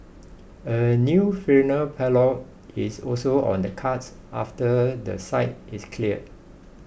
a new funeral parlour is also on the cards after the site is cleared